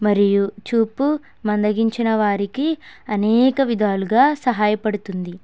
మరియు చూపు మందగించిన వారికి అనేక విధాలుగా సహాయపడుతుంది